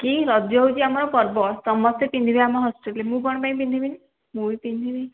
କି ରଜ ହେଉଛି ଆମର ପର୍ବ ସମସ୍ତେ ପିନ୍ଧିବେ ଆମ ହଷ୍ଟେଲ୍ରେ ମୁଁ କ'ଣ ପାଇଁ ପିନ୍ଧିବିନି ମୁଁ ବି ପିନ୍ଧିବି